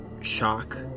shock